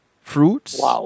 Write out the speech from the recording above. fruits